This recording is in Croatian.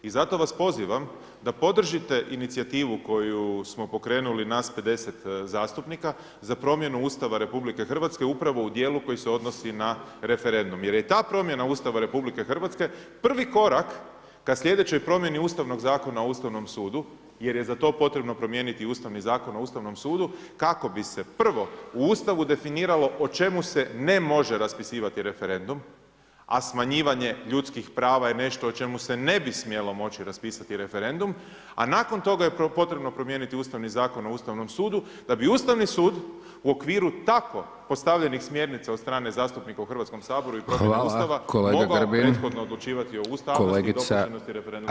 I zato vas pozivam da podržite inicijativu koju smo pokrenuli nas 50 zastupnika za promjenu Ustava RH upravo u dijelu koji se odnosi na referendum jer je i ta promjena Ustava RH prvi korak ka sljedećoj promjeni Ustavnog zakona o Ustavnom sudu, jer je za to potrebno promijeniti Ustavni zakon o ustavnom sudu kako bi se prvo u Ustavu definiralo o čemu se ne može raspisivati referendum a smanjivanje ljudskih prava je nešto o čemu se ne bi smjelo moći raspisati referendum a nakon toga je potrebno promijeniti Ustavni zakon o Ustavnom sudu, da bi Ustavni sud u okviru tako postavljenih smjernica od strane zastupnika u Hrvatskom saboru i protiv Ustava mogao prethodno odlučivati o ustavnosti i … referendumskog pitanja.